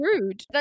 rude